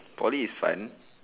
poly is fun